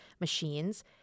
machines